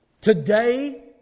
Today